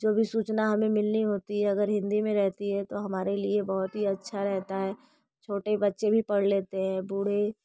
जो भी सूचना हमें मिलनी होती है अगर हिन्दी में रहती है तो हमारे लिए बहुत ही अच्छा रहता है छोटे बच्चे भी पढ़ लेते हैं बूढ़े